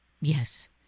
Yes